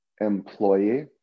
employee